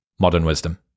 modernwisdom